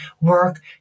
work